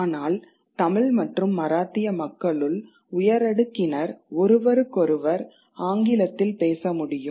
ஆனால் தமிழ் மற்றும் மராத்திய மக்களுள் உயரடுக்கினர் ஒருவருக்கொருவர் ஆங்கிலத்தில் பேச முடியும்